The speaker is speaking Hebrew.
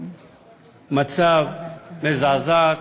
מצב מזעזעת: